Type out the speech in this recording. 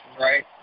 right